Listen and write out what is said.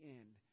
end